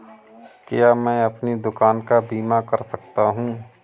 क्या मैं अपनी दुकान का बीमा कर सकता हूँ?